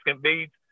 beads